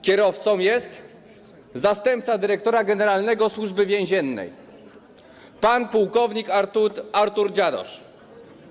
Kierowcą jest zastępca dyrektora generalnego Służby Więziennej pan płk Artur Dziadosz.